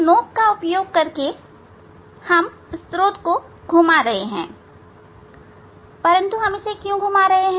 इस नॉब का उपयोग करके हम स्त्रोत को घुमा रहे हैं परंतु हम इसे क्यों घुमा रहे हैं